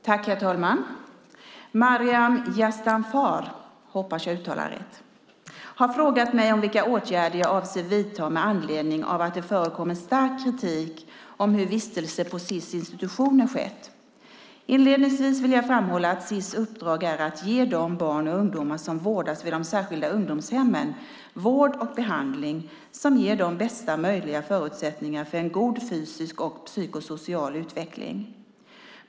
Herr talman! Maryam Yazdanfar har frågat mig vilka åtgärder jag avser att vidta med anledning av att det har förekommit stark kritik av hur vistelser på Sis institutioner har skett. Inledningsvis vill jag framhålla att Sis uppdrag är att ge de barn och ungdomar som vårdas vid de särskilda ungdomshemmen vård och behandling som ger dem bästa möjliga förutsättningar för en god fysisk och psykosocial utveckling.